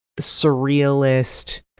surrealist